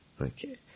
Okay